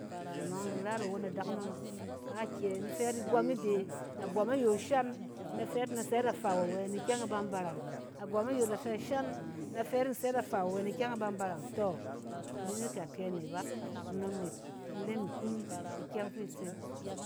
Nɛk anɔng, in ra yit awon adakunom, kakyɛ in fɛ yit igwɔm ide, agwɔm ayo shan, na fɛ yit na sɛ yit a faw awɛ, ni ikyɛng e ban barang. Agwɔm yong da fɛ shan, na fɛ yit na sɛ yit afaw awɛ, ni ikyɛng e ban barang, tɔ! In ren yit ke akyɛ na bá. Kunom ne ku ren nkum ikyɛng fi itse.